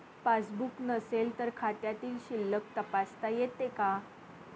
Passbook सोबत नसेल तर खात्यामधील शिल्लक तपासता येते का?